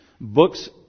books